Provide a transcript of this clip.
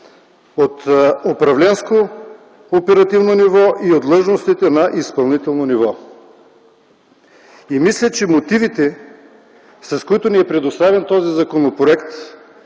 от управленско оперативно ниво и от длъжностите на изпълнително ниво. Мисля, че мотивите, с които ни е предоставен този законопроект,